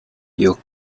you